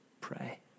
pray